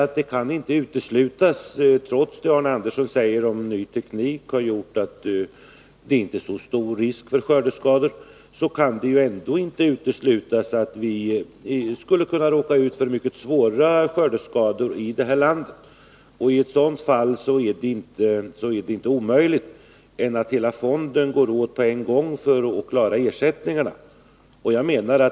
Trots det som Arne Andersson säger om ny teknik som gjort att det inte är så stor risk för skördeskador, kan det inte uteslutas att vi här i landet skulle kunna råka ut för mycket svåra skördeskador. I sådant fall är det inte omöjligt att hela fonden går åt på en gång för att klara ersättningarna.